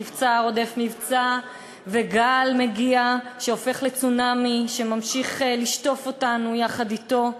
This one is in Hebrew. מבצע רודף מבצע וגל מגיע והופך לצונאמי שממשיך לשטוף אותנו יחד אתו.